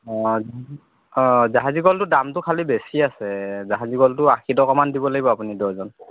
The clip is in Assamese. অঁ জাহাজী কলটোৰ দামটো খালি বেছি আছে জাহজী কলটো আশী টকামান দিব লাগিব আপুনি ডজন